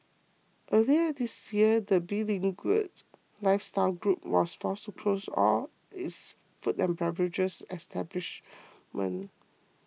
earlier this year the beleaguered lifestyle group was forced to close all its food and beverage establishments